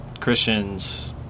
Christians